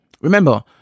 Remember